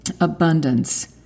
Abundance